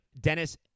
Dennis